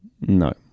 no